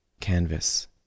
canvas